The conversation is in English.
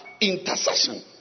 intercession